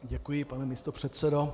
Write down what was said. Děkuji, pane místopředsedo.